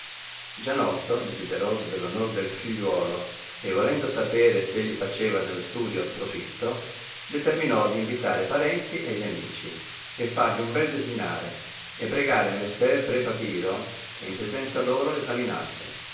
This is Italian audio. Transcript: gianotto desideroso dell onor del figliuolo e volendo sapere s egli faceva nel studio profitto determinò d invitare e parenti e gli amici e fargli un bel desinare e pregar messer pre papiro che in presenza loro l'esaminasse